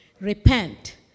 repent